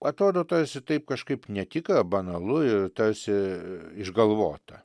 atrodo tarsi taip kažkaip netikra banalu ir tarsi išgalvota